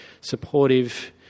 supportive